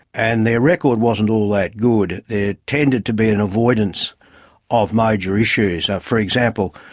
and their record wasn't all that good. it tended to be an avoidance of major issues. for example,